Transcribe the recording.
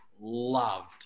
loved